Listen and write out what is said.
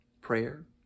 prayer